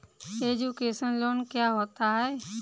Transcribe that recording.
Education loan क्या होता है?